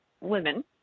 women